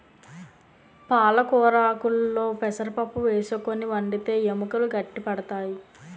పాలకొరాకుల్లో పెసరపప్పు వేసుకుని వండితే ఎముకలు గట్టి పడతాయి